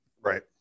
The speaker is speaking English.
right